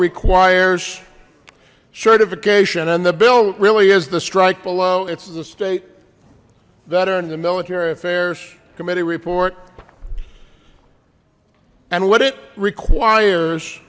requires certification and the bill really is the strike below it's the state veteran the military affairs committee report and what it requires